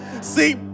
See